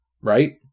right